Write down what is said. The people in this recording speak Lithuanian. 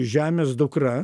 žemės dukra